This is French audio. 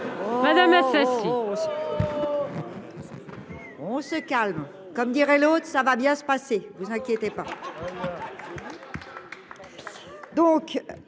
Madame Assassi